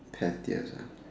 pettiest ah